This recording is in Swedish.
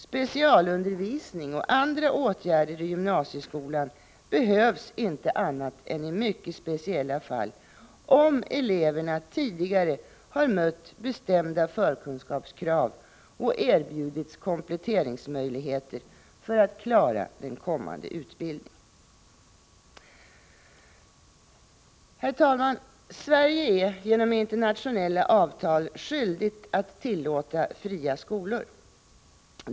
Specialundervisning och andra åtgärder i gymnasieskolan behövs inte annat än i mycket speciella fall, om eleverna tidigare mött bestämda förkunskapskrav och erbjudits kompletteringsmöjligheter för att klara den kommande utbildningen. Herr talman! Sverige är genom internationella avtal skyldigt att tillåta fria skolor.